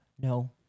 No